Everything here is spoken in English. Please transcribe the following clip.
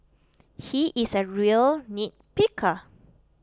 he is a real nitpicker